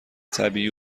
طبیعی